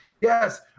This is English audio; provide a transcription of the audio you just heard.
Yes